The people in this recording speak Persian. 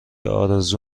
آرزو